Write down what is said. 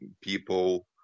people